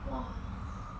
!wah!